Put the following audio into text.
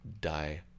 die